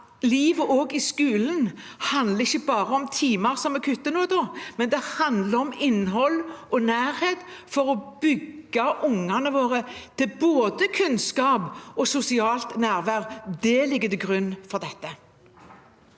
livet i skolen ikke bare handler om timer, som vi kutter noen av, men det handler om innhold og nærhet for å bygge ungene våre til både kunnskap og sosialt nærvær. Det ligger til grunn for dette.